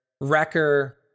Wrecker